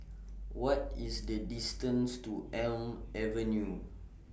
What IS The distance to Elm Avenue